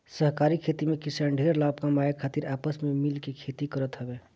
सहकारी खेती में किसान ढेर लाभ कमाए खातिर आपस में मिल के खेती करत हवे